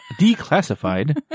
Declassified